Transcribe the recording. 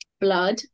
Blood